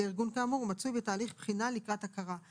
ארגון כאמור ומצוי בתהליך בחינה לקראת הכרה".